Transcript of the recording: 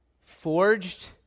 forged